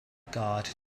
god